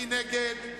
מי נגד?